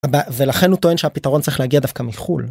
ולכן הוא טוען שהפתרון צריך להגיע דווקא מחו"ל.